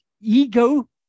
ego